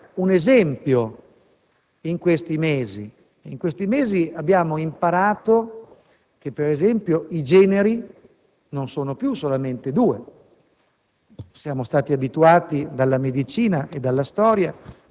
il motivo della gentilezza, il motivo dell'armonia o anche del romanticismo, perché anche questa è una discriminazione di genere.